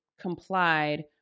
complied